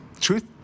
truth